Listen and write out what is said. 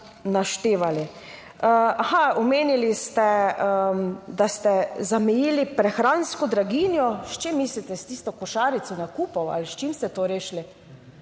naštevali. Omenili ste, da ste zamejili prehransko draginjo. S čim mislite, s tisto košarico nakupov ali s čim ste to rešili?